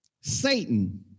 Satan